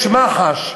יש מח"ש,